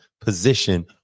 position